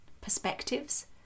perspectives